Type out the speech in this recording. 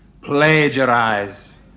plagiarize